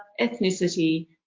ethnicity